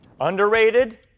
Underrated